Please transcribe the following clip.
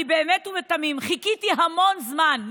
אני באמת ובתמים חיכיתי המון זמן,